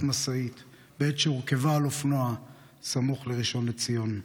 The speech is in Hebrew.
משאית בעת שהורכבה על אופנוע סמוך לראשון לציון.